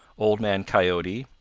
old man coyote,